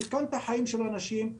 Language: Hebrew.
סיכנת חיים של אנשים,